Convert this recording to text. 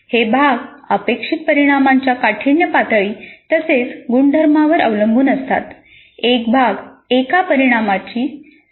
हे भाग अपेक्षित परिणामांच्या काठिण्यपातळी तसेच गुणधर्मांवर अवलंबून असतात एक भाग एका परिणामाची जोडलेला असतो